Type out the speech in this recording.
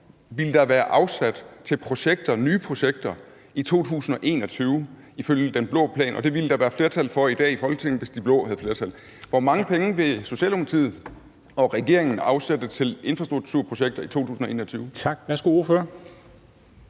ville der være afsat til nye projekter i 2021 ifølge den blå plan, og det ville der være flertal for i Folketinget i dag, hvis de blå havde flertal. Hvor mange penge vil Socialdemokratiet og regeringen afsætte til infrastrukturprojekter i 2021? Kl. 10:37 Formanden